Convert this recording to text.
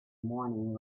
morning